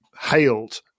hailed